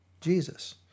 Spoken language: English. Jesus